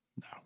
No